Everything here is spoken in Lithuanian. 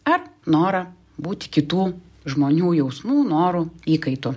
ar norą būti kitų žmonių jausmų norų įkaitu